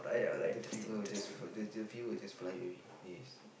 the the fever will just f~ the the fever will just fly away yes